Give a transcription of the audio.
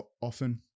often